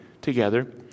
together